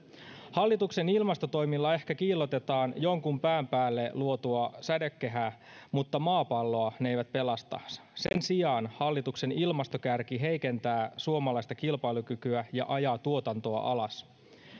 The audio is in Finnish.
hallituksen ilmastotoimilla ehkä kiillotetaan jonkun pään päälle luotua sädekehää mutta maapalloa ne eivät pelasta sen sijaan hallituksen ilmastokärki heikentää suomalaista kilpailukykyä ja ajaa tuotantoa alas